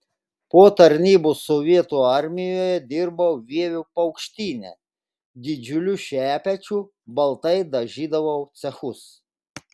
po tarnybos sovietų armijoje dirbau vievio paukštyne didžiuliu šepečiu baltai dažydavau cechus